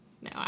no